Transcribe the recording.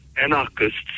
anarchists